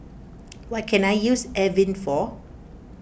what can I use Avene for